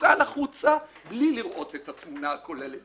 מפוצל החוצה, בלי לראות את התמונה הכוללת.